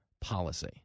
policy